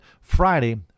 friday